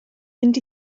mynd